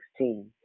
16